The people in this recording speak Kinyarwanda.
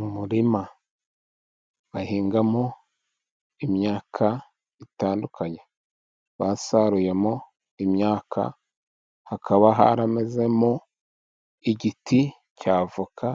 Umurima bahingamo imyaka itandukanye, basaruyemo imyaka. Hakaba haramezemo igiti cy'avoka